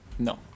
No